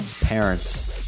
parents